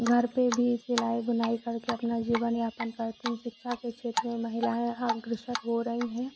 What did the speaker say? घर पर भी सिलाई बुनाई कर के अपना जीवनयापन करती हैं शिक्षा के क्षेत्र में महिलाएँ अग्रसर हो रहीं हैं